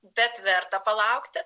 bet verta palaukti